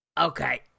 Okay